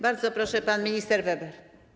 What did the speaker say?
Bardzo proszę, pan minister Weber.